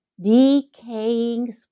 decaying